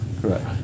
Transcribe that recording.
Correct